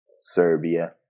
Serbia